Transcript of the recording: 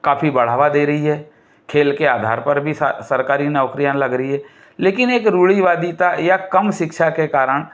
काफ़ी बढ़ावा दे रही है खेल के आधार पर भी सरकारी नौकरियाँ लग रही हैं लेकिन एक रूढ़िवादिता या काम शिक्षा के कारण